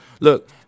Look